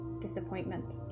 disappointment